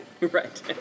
Right